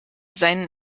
seinen